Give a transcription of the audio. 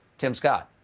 tim scott.